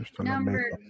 Number